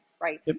right